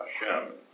Hashem